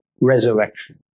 resurrection